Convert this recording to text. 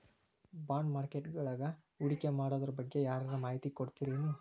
ಬಾಂಡ್ಮಾರ್ಕೆಟಿಂಗ್ವಳಗ ಹೂಡ್ಕಿಮಾಡೊದ್ರಬಗ್ಗೆ ಯಾರರ ಮಾಹಿತಿ ಕೊಡೊರಿರ್ತಾರೆನು?